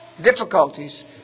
difficulties